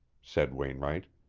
said wainwright.